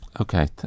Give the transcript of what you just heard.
Okay